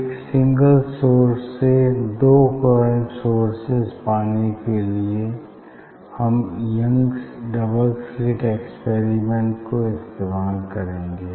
एक single source से दो कोहेरेंट सोर्सेज पाने के लिए हम यंगस डबल स्लिट एक्सपेरिमेंट को इस्तेमाल करेंगे